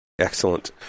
Excellent